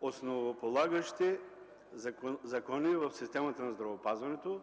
основополагащи закони в системата на здравеопазването,